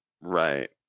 Right